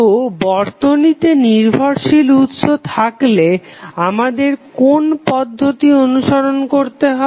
তো বর্তনীতে নির্ভরশীল উৎস থাকলে আমাদের কোন পদ্ধতি অনুসরণ করতে হবে